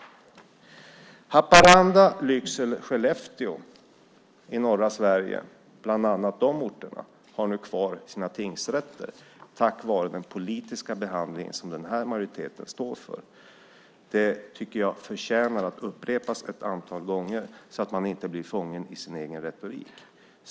Bland annat Haparanda, Lycksele och Skellefteå i norra Sverige har nu kvar sina tingsrätter tack vare den politiska behandling som den här majoriteten står för. Det förtjänar att upprepas ett antal gånger så att man inte blir fånge i sin egen retorik.